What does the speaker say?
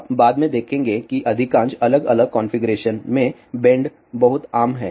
आप बाद में देखेंगे कि अधिकांश अलग अलग कॉन्फ़िगरेशन में बेंड बहुत आम हैं